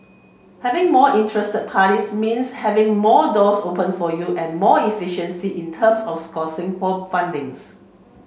having more interest parties means having more doors open for you and more efficiency in terms of sourcing for fundings